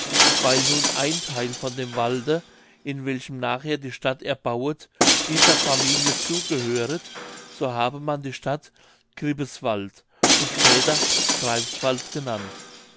weil nun ein theil von dem walde in welchem nachher die stadt erbauet dieser familie zugehöret so habe man die stadt gripeswald und späterhin greifswald genannt